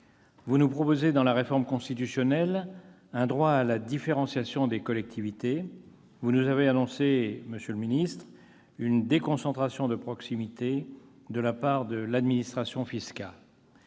Vous nous proposez, dans le projet de réforme constitutionnelle, un droit à la différenciation des collectivités. Vous nous avez annoncé, monsieur le secrétaire d'État, une déconcentration de proximité de la part de l'administration fiscale.